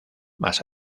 más